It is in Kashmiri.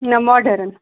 نہ ماڈٲرٕن